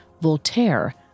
Voltaire